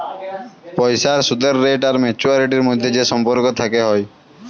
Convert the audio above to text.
পইসার সুদের রেট আর ম্যাচুয়ারিটির ম্যধে যে সম্পর্ক থ্যাকে হ্যয়